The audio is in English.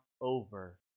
over